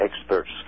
experts